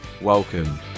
welcome